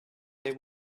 they